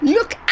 Look